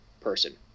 person